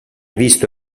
visto